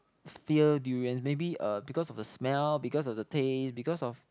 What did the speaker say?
fear durians maybe uh because of the smell because of the taste because of